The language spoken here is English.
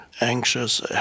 anxious